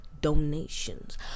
donations